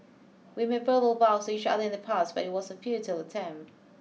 we made verbal vows to each other in the past but it was a futile attempt